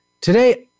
Today